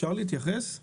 אפשר להתייחס?